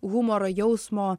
humoro jausmo